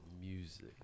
music